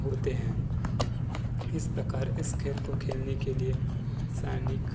होतें हैं इस प्रकार इस खेल को खेलने के लिए सैनिक